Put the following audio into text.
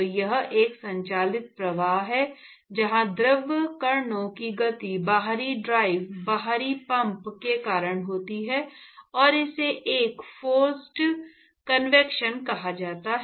तो यह एक संचालित प्रवाह है जहां द्रव्य कणों की गति बाहरी ड्राइव बाहरी पंप के कारण होती है और इसे एक फोर्स्ड कन्वेक्शन कहा जाता है